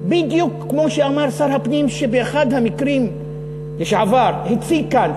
בדיוק כמו שאמר שר הפנים לשעבר שבאחד המקרים הציג כאן,